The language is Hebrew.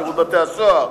שירות בתי-הסוהר,